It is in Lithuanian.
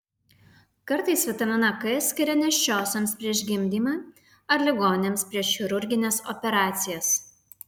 kartais vitaminą k skiria nėščiosioms prieš gimdymą ar ligoniams prieš chirurgines operacijas